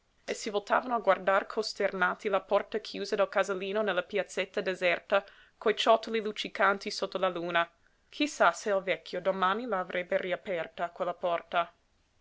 e si voltavano a guardar costernati la porta chiusa del casalino nella piazzetta deserta coi ciottoli luccicanti sotto la luna chi sa se il vecchio domani la avrebbe riaperta quella porta